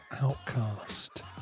Outcast